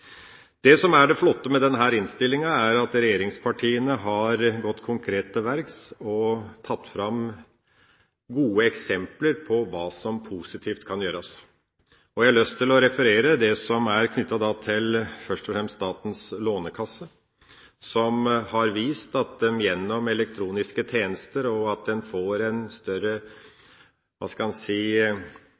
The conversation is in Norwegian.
Det som er det flotte med denne innstillinga, er at regjeringspartiene har gått konkret til verks og tatt fram gode eksempler på hva som positivt kan gjøres. Jeg har lyst til først og fremst å referere til Statens lånekasse, som har vist at de gjennom elektroniske tjenester får en større trygghet og en større